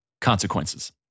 consequences